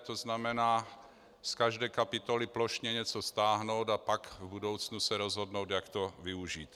To znamená z každé kapitoly plošně něco stáhnout, a pak v budoucnu se rozhodnout, jak to využít.